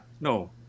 no